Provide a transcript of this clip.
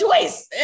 choice